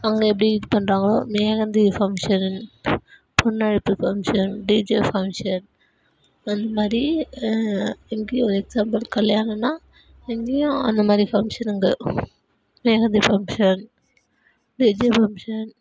அங்கே எப்படி இது பண்ணுறாங்களோ மெஹந்தி ஃபங்க்ஷன் பெண் அழைப்பு ஃபங்க்ஷன் டிஜே ஃபங்க்ஷன் அந்தமாதிரி எக்ஸாம்ப்பில் கல்யாணன்னா இங்கேயும் அந்தமாதிரி ஃபங்க்ஷனுங்க மெஹந்தி ஃபங்க்ஷன் ஃபங்க்ஷன்